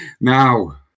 Now